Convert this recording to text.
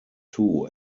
two